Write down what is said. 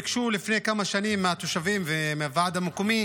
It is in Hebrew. ביקשה לפני כמה שנים מהתושבים ומהוועד המקומי